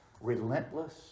relentless